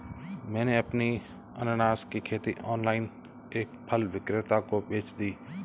मैंने अपनी अनन्नास की खेती ऑनलाइन एक फल विक्रेता को बेच दी